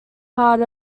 part